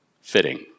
fitting